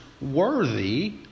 worthy